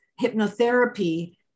hypnotherapy